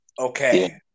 okay